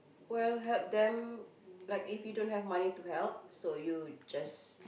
well help them like if you don't have money to help so you just